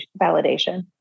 validation